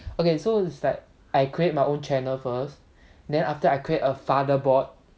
okay it's like I create my own channel first then after that I create a father board